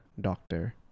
doctor